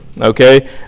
Okay